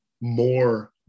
more